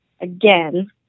again